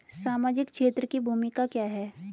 सामाजिक क्षेत्र की भूमिका क्या है?